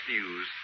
News